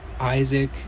Isaac